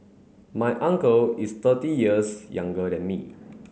my uncle is thirty years younger than me